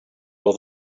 all